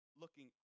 looking